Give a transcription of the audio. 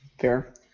Fair